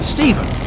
Stephen